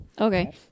Okay